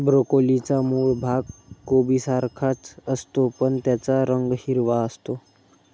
ब्रोकोलीचा मूळ भाग कोबीसारखाच असतो, पण त्याचा रंग हिरवा असतो